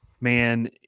man